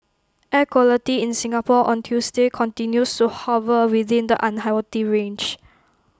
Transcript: air quality in Singapore on Tuesday continues to hover within the unhealthy range